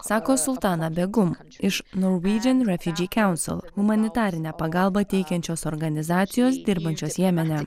sako sultana begum iš norwegian refugee council humanitarinę pagalbą teikiančios organizacijos dirbančios jemene